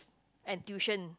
and tuition